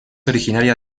originaria